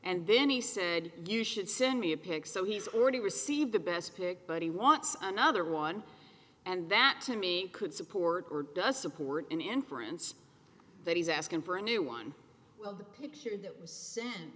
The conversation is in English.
and then he said you should send me a pic so he's already received the best pick but he wants another one and that to me could support or does support an inference that he's asking for a new one well the picture that was